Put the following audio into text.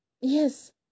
Yes